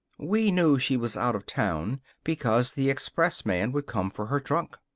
we knew she was out of town because the expressman would come for her trunk.